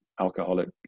alcoholic